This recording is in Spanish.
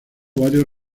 varios